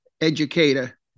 educator